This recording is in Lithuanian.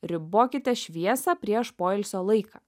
ribokite šviesą prieš poilsio laiką